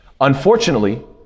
Unfortunately